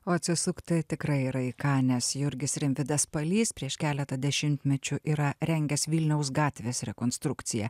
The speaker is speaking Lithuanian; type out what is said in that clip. o atsisukti tikrai yra į ką nes jurgis rimvydas palys prieš keletą dešimtmečių yra rengęs vilniaus gatvės rekonstrukciją